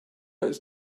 ist